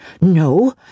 No